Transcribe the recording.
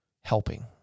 helping